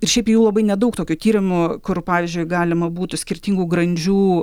ir šiaip jau labai nedaug tokių tyrimų kur pavyzdžiui galima būtų skirtingų grandžių